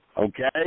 Okay